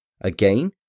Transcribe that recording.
Again